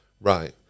right